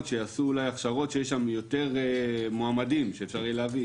שיעשו שם הכשרות ויש שם יותר מועמדים שאפשר להביא.